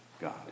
God